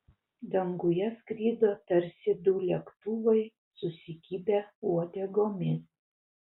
danguje skrido tarsi du lėktuvai susikibę uodegomis